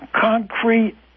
concrete